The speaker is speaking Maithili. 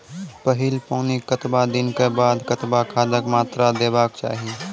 पहिल पानिक कतबा दिनऽक बाद कतबा खादक मात्रा देबाक चाही?